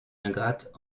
ingrates